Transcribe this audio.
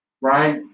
right